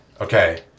okay